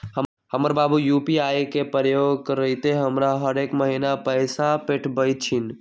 हमर बाबू यू.पी.आई के प्रयोग करइते हमरा हरेक महिन्ना पैइसा पेठबइ छिन्ह